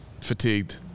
fatigued